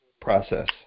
process